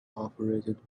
operated